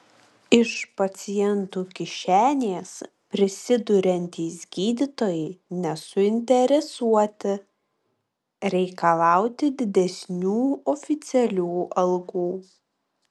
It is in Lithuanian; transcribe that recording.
iš pacientų kišenės prisiduriantys gydytojai nesuinteresuoti reikalauti didesnių oficialių algų